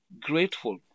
grateful